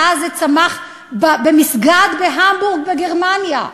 התא הזה צמח במסגד בהמבורג בגרמניה.